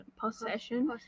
Possession